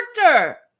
character